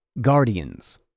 Guardians